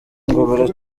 ngo